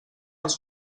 els